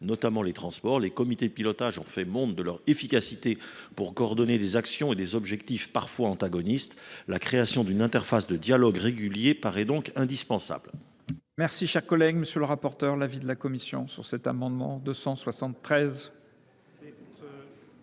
notamment les transports, les comités de pilotage ont montré leur efficacité pour coordonner des actions et des objectifs parfois antagonistes. La création d’une interface de dialogue régulier paraît donc indispensable.